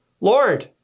Lord